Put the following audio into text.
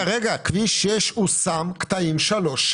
כבר 6 הושם קטעים 7-3,